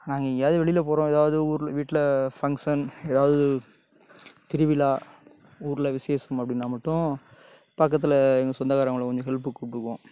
நாங்கள் எங்கேயாது வெளியில போகறோம் எதாவது ஊர் வீட்டில ஃபங்க்ஷன் எதாவது திருவிழா ஊரில் விசேஷம் அப்படின்னா மட்டும் பக்கத்தில் எங்கள் சொந்தக்காரவங்களை கொஞ்சம் ஹெல்புக்கு கூப்பிட்டுக்குவோம்